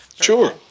Sure